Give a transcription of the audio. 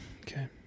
okay